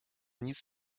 nic